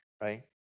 right